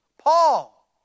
Paul